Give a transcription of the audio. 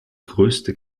größte